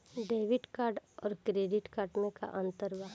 Debit card आउर credit card मे का अंतर बा?